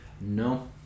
No